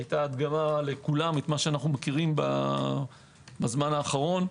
היתה הדגמה לכולם מה שאנו מכירים בזמן האחרון.